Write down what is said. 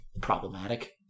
problematic